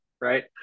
right